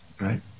right